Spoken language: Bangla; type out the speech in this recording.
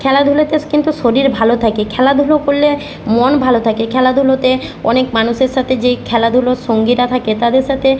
খেলাধুলোতে কিন্তু শরীর ভালো থাকে খেলাধুলো করলে মন ভালো থাকে খেলাধুলোতে অনেক মানুষের সাথে যেই খেলাধুলোর সঙ্গীরা থাকে তাদের সাথে